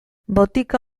botika